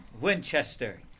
Winchester